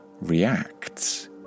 reacts